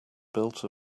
built